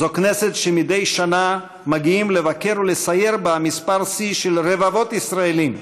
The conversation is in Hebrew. זו כנסת שמדי שנה מגיעים לבקר ולסייר בה מספר שיא של רבבות ישראלים,